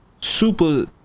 Super